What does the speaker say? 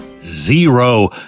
zero